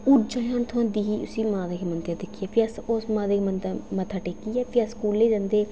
ऊर्जा थ्होंदी ही उसी माता दा मंदर दिक्खियै फ्ही अस उस ओस माता दा मंदर मत्था टेकियै फ्ही अस स्कूलै जदे हे